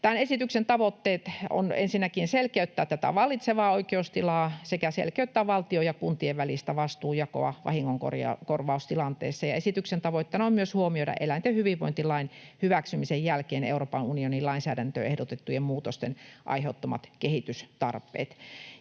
Tämän esityksen tavoitteina on ensinnäkin selkeyttää tätä vallitsevaa oikeustilaa sekä selkeyttää valtion ja kuntien välistä vastuunjakoa vahingonkorvaustilanteissa. Esityksen tavoitteena on myös huomioida eläinten hyvinvointilain hyväksymisen jälkeen Euroopan unionin lainsäädäntöön ehdotettujen muutosten aiheuttamat kehitystarpeet.